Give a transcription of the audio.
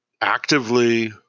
actively